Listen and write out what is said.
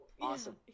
Awesome